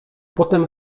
potem